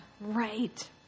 right